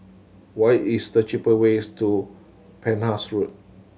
what is the cheap ways to Penhas Road